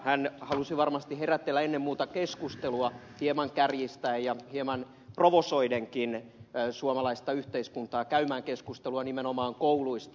hän halusi varmasti herätellä ennen muuta keskustelua hieman kärjistäen ja hieman provosoidenkin suomalaista yhteiskuntaa käymään keskustelua nimenomaan kouluista